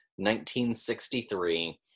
1963